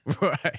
Right